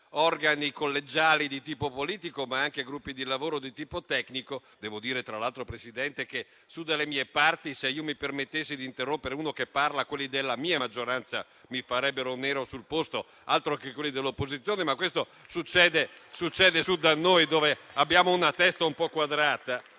organi collegiali di tipo politico, sia gruppi di lavoro di tipo tecnico. Devo dire, tra l'altro, Presidente, che su dalle mie parti, se mi permettessi di interrompere uno che parla, quelli della mia maggioranza mi farebbero nero sul posto. Altro che quelli dell'opposizione. Ma questo succede su da noi, dove abbiamo una testa un po' quadrata.